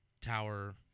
tower